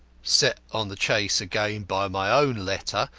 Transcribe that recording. set on the chase again by my own letter,